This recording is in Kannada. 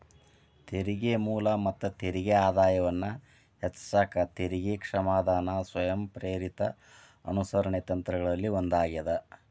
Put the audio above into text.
ತೆರಿಗೆ ಮೂಲ ಮತ್ತ ತೆರಿಗೆ ಆದಾಯವನ್ನ ಹೆಚ್ಚಿಸಕ ತೆರಿಗೆ ಕ್ಷಮಾದಾನ ಸ್ವಯಂಪ್ರೇರಿತ ಅನುಸರಣೆ ತಂತ್ರಗಳಲ್ಲಿ ಒಂದಾಗ್ಯದ